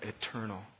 eternal